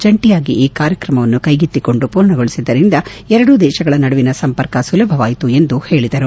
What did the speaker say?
ಜಂಟಿಯಾಗಿ ಈ ಕಾರ್ಯಕ್ರಮವನ್ನು ಕೈಗೆತ್ತಿಕೊಂಡು ಪೂರ್ಣಗೊಳಿಸಿದ್ದರಿಂದ ಎರಡೂ ದೇಶಗಳ ನಡುವಿನ ಸಂಪರ್ಕ ಸುಲಭವಾಯಿತು ಎಂದು ಹೇಳಿದರು